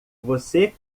você